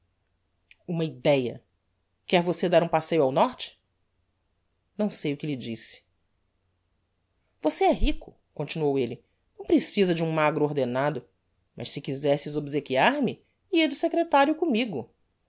ah uma idéa quer você dar um passeio ao norte não sei o que lhe disse você é rico continuou elle não precisa de um magro ordenado mas se quizesse obsequiar me ia de secretario commigo